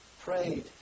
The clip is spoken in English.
prayed